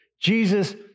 Jesus